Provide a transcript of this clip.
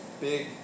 big